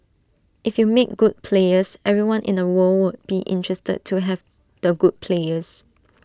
if you make good players everyone in the world will be interested to have the good players